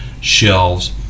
shelves